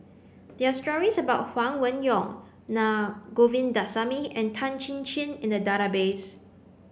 there are stories about Huang Wenhong Naa Govindasamy and Tan Chin Chin in the database